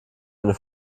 eine